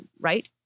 right